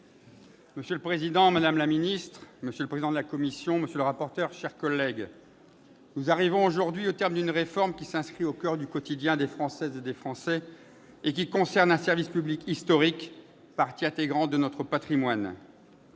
Monsieur le président, madame la ministre, monsieur le président de la commission, monsieur le rapporteur, mes chers collègues, nous arrivons aujourd'hui au terme d'une réforme qui s'inscrit au coeur du quotidien des Françaises et des Français et concerne un service public historique, partie intégrante de notre patrimoine.